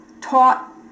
taught